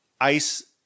ice